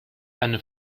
eine